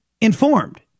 informed